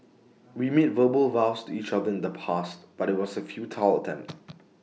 we made verbal vows to each other in the past but IT was A futile attempt